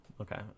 Okay